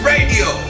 Radio